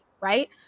right